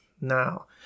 Now